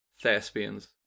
thespians